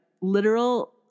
literal